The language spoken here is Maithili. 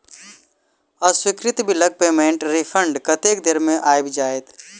अस्वीकृत बिलक पेमेन्टक रिफन्ड कतेक देर मे आबि जाइत?